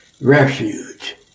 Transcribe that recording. Refuge